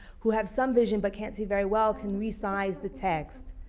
who have some vision but can't see very well, can resize the text.